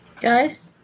guys